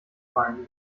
fallen